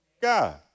God